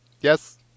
yes